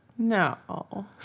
No